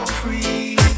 free